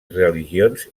religions